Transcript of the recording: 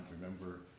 remember